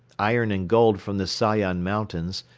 iron and gold from the sayan mountains,